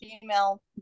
female